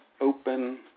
open